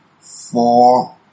four